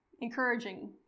encouraging